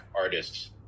artists